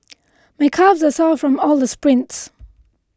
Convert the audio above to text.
my calves are sore from all the sprints